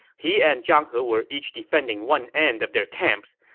he and zhang he were each defending one end of their camps.